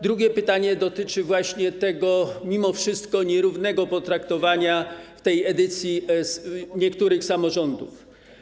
Drugie pytanie dotyczy mimo wszystko nierównego potraktowania w tej edycji niektórych samorządów.